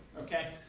Okay